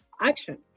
action